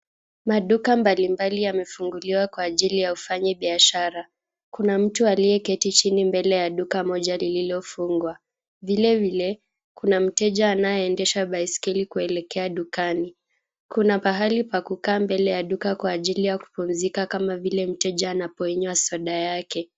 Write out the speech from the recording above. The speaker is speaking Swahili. Maduka mbalimbali yamefunguliwa kwa ajili ya ufanyi biashara. Kuna mtu aliyeketi chini mbele ya duka moja lililofungwa. Vilevile, kuna mteja anayeendesha baiskeli kuelekea dukani. Kuna pahali pa kukaa mbele ya duka kwa ajili ya kupumzika kama vile mteja anapoinywa soda yake.